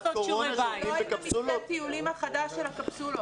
לא עם מתווה הטיולים החדש של הקפסולות.